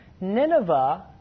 Nineveh